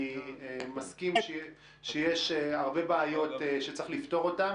אני מסכים שיש הרבה בעיות שצריך לפתור אותן.